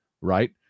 right